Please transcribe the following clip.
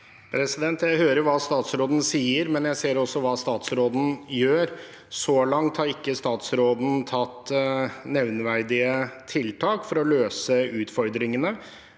Jeg hører hva stats- råden sier, men jeg ser også hva statsråden gjør. Så langt har ikke statsråden gjort nevneverdige tiltak for å løse utfordringene.